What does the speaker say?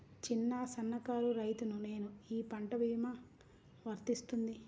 చిన్న సన్న కారు రైతును నేను ఈ పంట భీమా వర్తిస్తుంది?